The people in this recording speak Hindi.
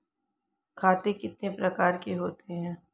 खाते कितने प्रकार के होते हैं?